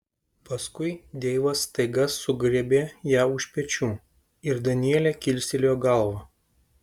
paskui deivas staiga sugriebė ją už pečių ir danielė kilstelėjo galvą